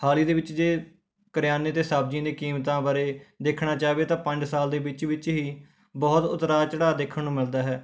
ਹਾਲ ਹੀ ਦੇ ਵਿੱਚ ਜੇ ਕਰਿਆਨੇ ਅਤੇ ਸਬਜ਼ੀਆਂ ਦੀਆਂ ਕੀਮਤਾਂ ਬਾਰੇ ਦੇਖਣਾ ਚਾਹਵੇ ਤਾਂ ਪੰਜ ਸਾਲ ਦੇ ਵਿੱਚ ਵਿੱਚ ਹੀ ਬਹੁਤ ਉਤਰਾਅ ਚੜ੍ਹਾਅ ਦੇਖਣ ਨੂੰ ਮਿਲਦਾ ਹੈ